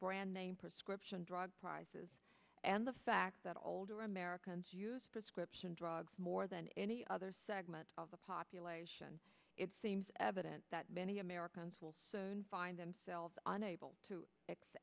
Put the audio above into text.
brand name prescription drug prices and the fact that older americans use prescription drugs more than any other segment of the population it seems evident that many americans will soon find themselves unable to